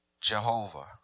Jehovah